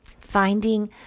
Finding